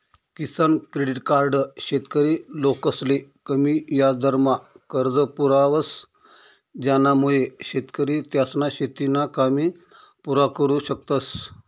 किसान credit card शेतकरी लोकसले कमी याजदरमा कर्ज पुरावस ज्यानामुये शेतकरी त्यासना शेतीना कामे पुरा करु शकतस